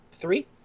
Three